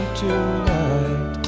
tonight